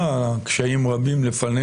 שמכבדת אותנו